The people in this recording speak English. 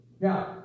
Now